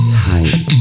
time